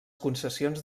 concessions